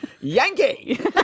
Yankee